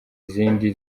izindi